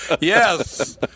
Yes